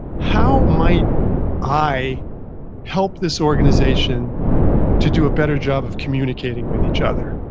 how might i help this organization to do better job of communicating with each other?